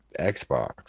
Xbox